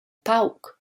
pauc